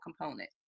component